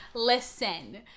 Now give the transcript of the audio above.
listen